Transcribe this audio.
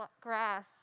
grass